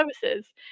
services